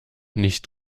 nicht